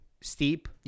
steep